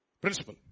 Principle